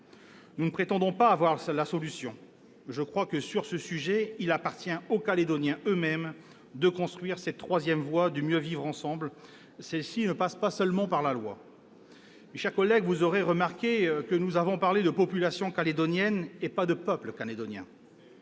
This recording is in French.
Nous ne prétendons pas avoir la solution. Je crois que, sur ce sujet, il appartient aux Calédoniens eux-mêmes de construire cette troisième voie du « mieux vivre ensemble ». Celle-ci ne passe pas seulement par la loi. Mes chers collègues, vous aurez remarqué que nous avons parlé de « population calédonienne », et non de « peuple calédonien